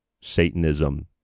Satanism